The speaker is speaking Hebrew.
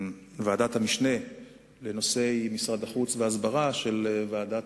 רק עכשיו, באקראי, הייתי